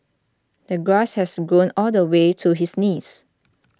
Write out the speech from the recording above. the grass has grown all the way to his knees